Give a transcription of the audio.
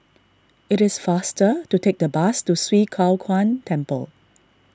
it is faster to take the bus to Swee Kow Kuan Temple